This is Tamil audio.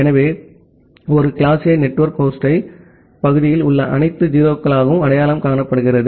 எனவே ஒரு கிளாஸ் A நெட்வொர்க் ஹோஸ்ட் பகுதியில் உள்ள அனைத்து 0 களாகவும் அடையாளம் காணப்படுகிறது